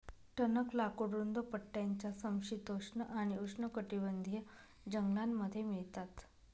टणक लाकूड रुंद पट्ट्याच्या समशीतोष्ण आणि उष्णकटिबंधीय जंगलांमध्ये मिळतात